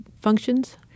functions